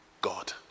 God